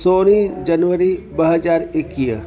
सोरहीं जनवरी ॿ हज़ार एकवीह